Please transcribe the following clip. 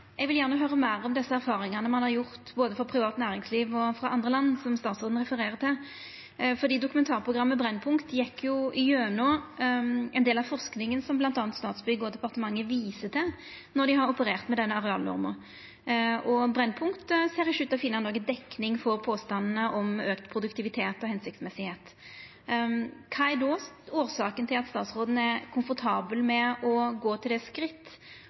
Eg vil gjerne høyra meir om desse erfaringane ein har gjort seg, både frå privat næringsliv og frå andre land, som statsråden refererer til. Dokumentarprogrammet Brennpunkt gjekk gjennom ein del av den forskinga som bl.a. Statsbygg og departementet viser til når dei har operert med denne arealnorma. Brennpunkt ser ikkje ut til å finna noka dekning for påstandane om auka produktivitet og at det er hensiktsmessig. Kva er då årsaka til at statsråden er komfortabel med å gå til det